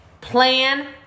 Plan